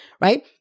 right